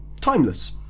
timeless